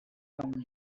some